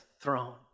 throne